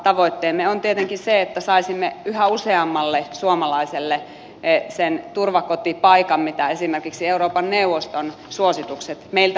tavoitteemme on tietenkin se että saisimme yhä useammalle suomalaiselle turvakotipaikan mitä esimerkiksi euroopan neuvoston suositukset meiltä edellyttävät